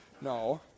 no